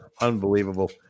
Unbelievable